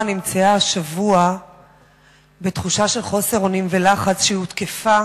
נמצאה השבוע בתחושה של חוסר אונים ולחץ כשהותקפה